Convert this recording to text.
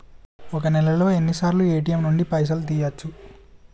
ఒక్క నెలలో ఎన్నిసార్లు ఏ.టి.ఎమ్ నుండి పైసలు తీయచ్చు?